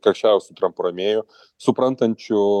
karščiausių trampo rėmėjų suprantančių